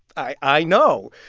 i i know.